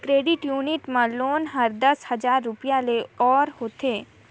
credit union में loan हर दस हजार रूपिया ले ओर होथे